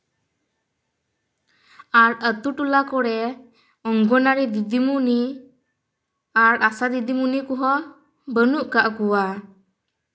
ᱟᱨ ᱟᱹᱛᱩ ᱴᱚᱞᱟ ᱠᱚᱨᱮ ᱚᱝᱜᱚᱱᱟᱨᱤ ᱫᱤᱫᱤᱢᱩᱱᱤ ᱟᱨ ᱟᱥᱟ ᱫᱤᱫᱤᱢᱩᱱᱤ ᱠᱚᱦᱚᱸ ᱵᱟᱹᱱᱩᱜ ᱠᱟᱜ ᱠᱚᱣᱟ